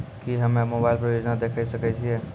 की हम्मे मोबाइल पर योजना देखय सकय छियै?